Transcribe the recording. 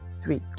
three